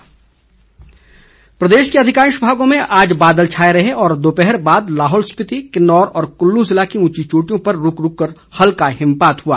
मौसम प्रदेश के अधिकांश भागों में आज बादल छाए रहे और दोपहर बाद से लाहौल स्पीति किन्गौर और कुल्लू जिले की ऊंची चोटियों पर रूक रूक कर हल्का हिमपात हुआ